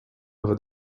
over